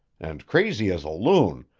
and crazy as a loon,